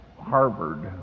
Harvard